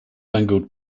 angled